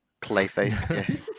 Clayface